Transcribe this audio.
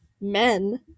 men